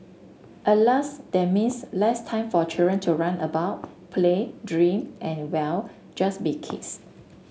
Alas that means less time for children to run about play dream and well just be kids